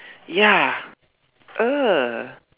ya !ee!